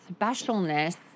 specialness